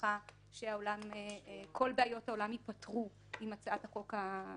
הנחה שכל בעיות העולם ייפתרו עם הצעת החוק הממשלתית.